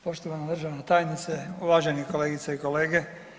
Poštovana državna tajnice, uvažene kolegice i kolege.